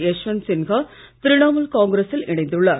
யஷ்வந்த் சின்ஹா திரிணாமுல் காங்கிரசில் இணைந்துள்ளார்